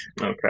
Okay